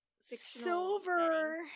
silver